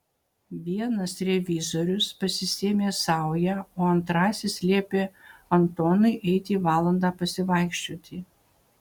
vienas revizorius pasisėmė saują o antrasis liepė antonui eiti valandą pasivaikščioti